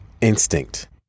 Instinct